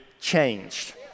changed